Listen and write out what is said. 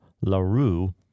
LaRue